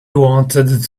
wanted